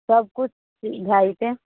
सब किछु भए जेतै